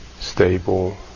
stable